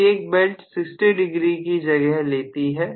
प्रत्येक belt 60 degree की जगह लेती है